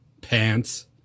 pants